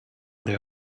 their